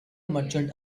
merchant